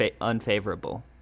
unfavorable